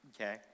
Okay